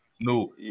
No